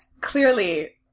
clearly